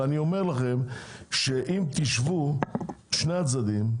אני אומר לכם שאם תשבו שני הצדדים,